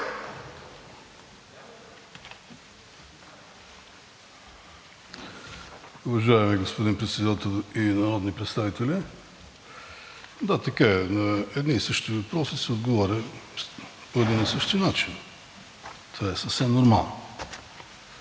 Уважаеми господин Председател и народни представители! Да, така е – на едни и същи въпроси се отговаря по един и същи начин. Това е съвсем нормално.